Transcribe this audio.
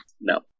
No